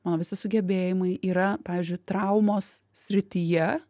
mano visi sugebėjimai yra pavyzdžiui traumos srityje